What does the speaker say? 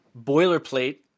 boilerplate